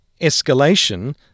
escalation